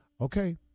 Okay